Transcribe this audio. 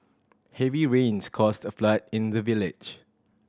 heavy rains caused a flood in the village